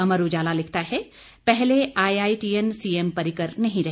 अमर उजाला लिखता है पहले आईआईटियन सीएम परिकर नहीं रहे